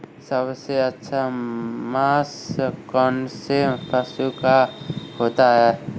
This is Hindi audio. सबसे अच्छा मांस कौनसे पशु का होता है?